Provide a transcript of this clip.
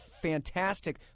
fantastic